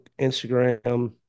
Instagram